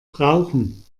brauchen